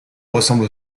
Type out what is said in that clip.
ressemble